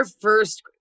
first